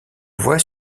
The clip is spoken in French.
voie